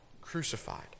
crucified